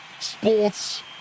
Sports